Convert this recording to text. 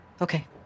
Okay